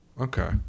Okay